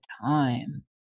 time